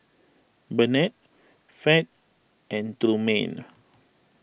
Bennett Fed and Trumaine